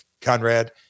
Conrad